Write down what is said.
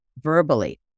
verbally